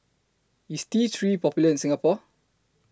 IS T three Popular in Singapore